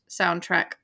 Soundtrack